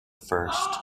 first